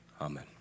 amen